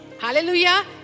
Hallelujah